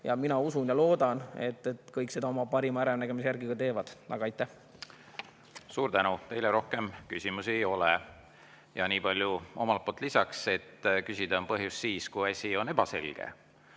mina usun ja loodan, et kõik seda oma parima äranägemise järgi ka teevad. Suur tänu! Teile rohkem küsimusi ei ole. Nii palju omalt poolt lisan, et küsida on põhjust siis, kui asi on ebaselge.